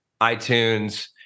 itunes